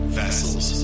vessels